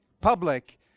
public